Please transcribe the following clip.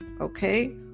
okay